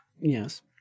yes